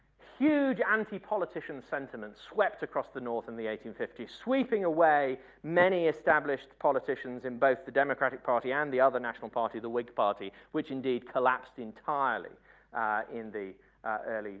huge anti-politician sentiments swept across the north in the eighteen fifty s, sweeping away many established politicians in both the democratic party and the other national party, the whig party which indeed collapsed entirely in the early